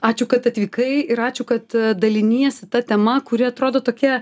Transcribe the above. ačiū kad atvykai ir ačiū kad daliniesi ta tema kuri atrodo tokia